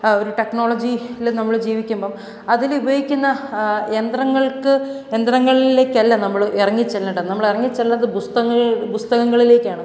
ഒരു ടെക്നോളജിയിൽ നമ്മൾ ജീവിക്കുമ്പം അതിൽ ഉപയോഗിക്കുന്ന യന്ത്രങ്ങൾക്ക് യന്ത്രങ്ങളിലേക്ക് അല്ല നമ്മൾ ഇറങ്ങി ചെല്ലേണ്ടത് നമ്മൾ ഇറങ്ങിച്ചെല്ലേണ്ടത് പുസ്തകങ്ങളിൽ പുസ്തകങ്ങളിലേക്കാണ്